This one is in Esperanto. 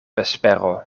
vespero